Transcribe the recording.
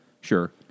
sure